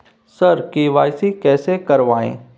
sir KYC कैसे करवाएं